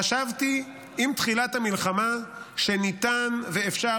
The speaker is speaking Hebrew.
חשבתי עם תחילת המלחמה שניתן ואפשר